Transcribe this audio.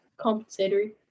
compensatory